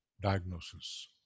diagnosis